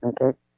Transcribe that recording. okay